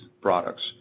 products